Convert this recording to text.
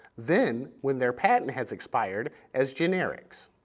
then, when their patent has expired, as generics.